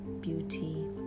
beauty